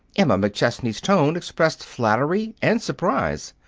emma mcchesney's tone expressed flattery and surprise.